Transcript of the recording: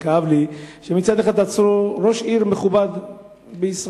וכאב לי שמצד אחד עצרו ראש עיר מכובד בישראל,